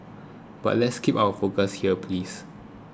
but let's keep our focus here please